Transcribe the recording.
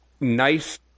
nice